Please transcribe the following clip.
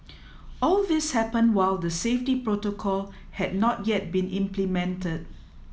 all this happened while the safety protocol had not yet been implemented